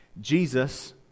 Jesus